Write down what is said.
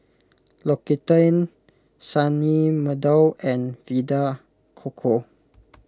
L'Occitane Sunny Meadow and Vita Coco